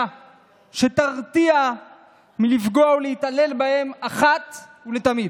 שתרתיע מלפגוע ולהתעלל בהם אחת ולתמיד.